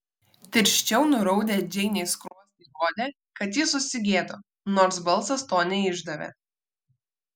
tirščiau nuraudę džeinės skruostai rodė kad ji susigėdo nors balsas to neišdavė